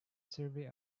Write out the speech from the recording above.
survey